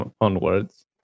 onwards